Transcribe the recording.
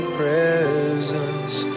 presence